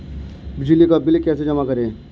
बिजली का बिल कैसे जमा करें?